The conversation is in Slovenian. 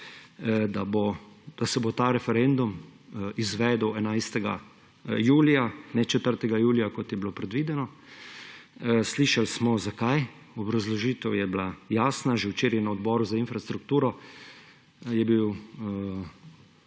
da se bo ta referendum izvedel 11. julija, ne 4. julija, kot je bilo predvideno. Slišali smo, zakaj. Obrazložitev je bila jasna že včeraj na Odboru za infrastrukturo je bil